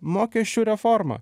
mokesčių reformą